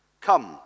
Come